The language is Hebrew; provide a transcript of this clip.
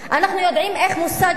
אנחנו יודעים איך המושג "חופש"